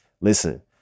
listen